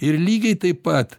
ir lygiai taip pat